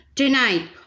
Tonight